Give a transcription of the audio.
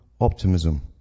optimism